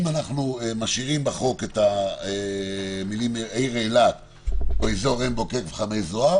אם אנו משאירים בחוק את המילים: העיר אילת או אזור עין בוקק וחמי זוהר